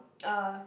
uh